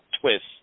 twist